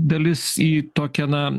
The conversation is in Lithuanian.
dalis į tokią na